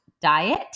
Diet